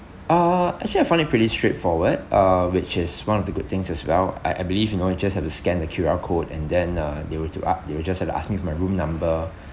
uh actually I find it pretty straightforward uh which is one of the good things as well I I believe you know you just have to scan the Q_R code and then uh they were to a~ they will just sort of asked me for my room number